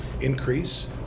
increase